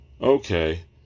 Okay